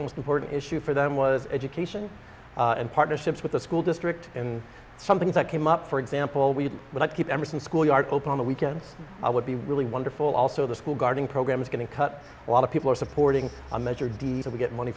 most important issue for them was education and partnerships with the school district and something that came up for example we didn't but i keep emerson school yard open on the weekends i would be really wonderful also the school gardening program is going to cut a lot of people are supporting a measure diesel to get money